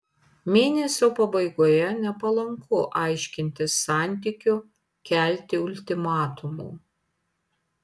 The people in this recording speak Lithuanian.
mėnesio pabaigoje nepalanku aiškintis santykių kelti ultimatumų